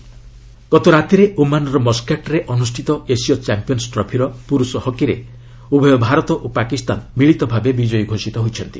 hockey ଗତରାତିରେ ଓମାନ୍ର ମସ୍କାଟ୍ରେ ଅନୁଷ୍ଠିତ ଏସୀୟ ଚାମ୍ପିୟନ୍ସ ଟ୍ଫିର ପୁର୍ଷ ହକିରେ ଉଭୟ ଭାରତ ଓ ପାକିସ୍ତାନ ମିଳିତ ଭାବେ ବିଜୟୀ ଘୋଷିତ ହୋଇଛନ୍ତି